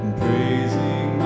praising